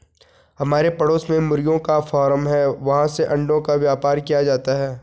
हमारे पड़ोस में मुर्गियों का फार्म है, वहाँ से अंडों का व्यापार किया जाता है